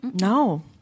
No